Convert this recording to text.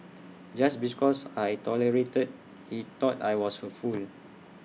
just bees cause I tolerated he thought I was A fool